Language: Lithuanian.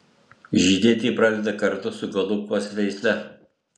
žydėti pradeda kartu su golubkos veisle